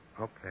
Okay